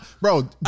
bro